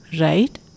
right